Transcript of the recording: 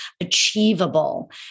achievable